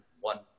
one